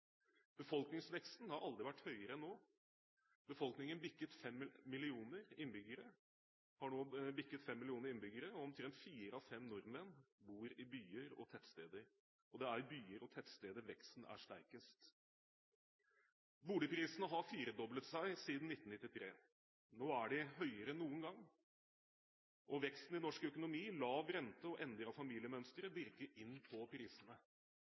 Befolkningsveksten har aldri vært høyere enn nå. Befolkningen har nå bikket fem millioner innbyggere. Omtrent fire av fem nordmenn bor i byer og tettsteder, og det er i byer og tettsteder veksten er sterkest. Boligprisene har firedoblet seg siden 1993. Nå er de høyere enn noen gang, og veksten i norsk økonomi, lav rente og endrede familiemønstre virker inn på prisene.